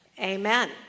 Amen